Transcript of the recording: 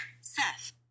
Seth